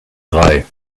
drei